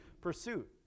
pursuit